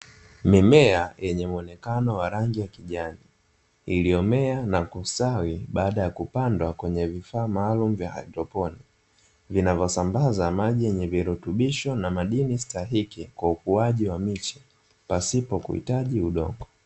Mimea yenye muonekani wa rangi ya kijani iliyomea na kustawi baada ya kupandwa kwenye vifaa maalumu vya haidroponi, vinavyosambaza maji yenye virutubisho na madini stahiki, kwa ukuaji wa miche pasipo kuhitaji udongo.